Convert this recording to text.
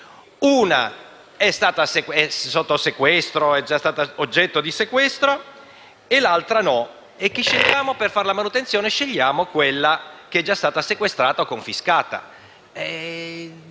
una è stata oggetto di sequestro e l'altra no. Chi scegliamo per fare la manutenzione? L'azienda che è stata già sequestrata o confiscata.